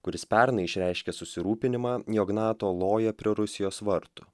kuris pernai išreiškė susirūpinimą jog nato loja prie rusijos vartų